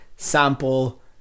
sample